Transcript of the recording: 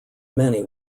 many